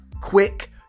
quick